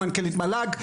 מנכ"לית מל"ג,